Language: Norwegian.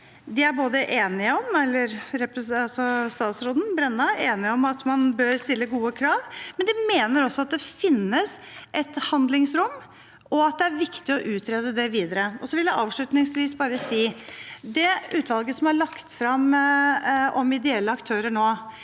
Statsråd Brenna er enig i at man bør stille gode krav. De mener også at det finnes et handlingsrom, og at det er viktig å utrede det videre. Avslutningsvis vil jeg si at det utvalget som nå har lagt frem en delutredning